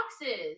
boxes